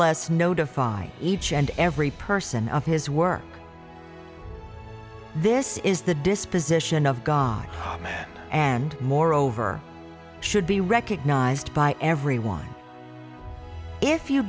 less notify each and every person of his work this is the disposition of god and moreover should be recognized by everyone if you